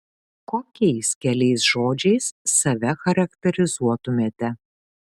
kokiais keliais žodžiais save charakterizuotumėte